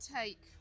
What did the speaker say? take